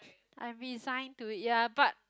I'm resign to ya but